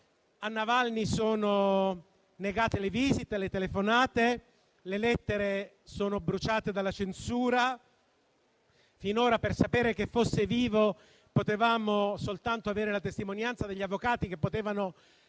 A Navalny sono negate le visite e le telefonate e le lettere sono bruciate dalla censura. Finora, per sapere che fosse vivo, potevamo soltanto avere la testimonianza degli avvocati che potevano